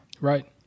Right